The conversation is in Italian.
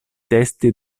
testi